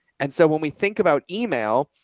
and so when we think about email,